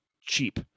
cheap